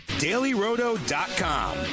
DailyRoto.com